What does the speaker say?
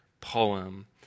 poem